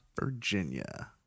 Virginia